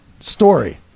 Story